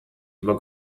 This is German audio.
über